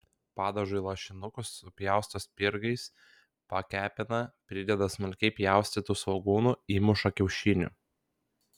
padažui lašinukus supjausto spirgais pakepina prideda smulkiai pjaustytų svogūnų įmuša kiaušinių